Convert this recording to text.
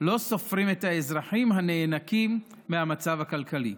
לא סופרים את האזרחים הנאנקים מהמצב הכלכלי.